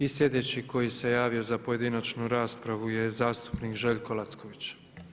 I sljedeći koji se javio za pojedinačnu raspravu je zastupnik Željko Lacković.